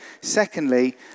secondly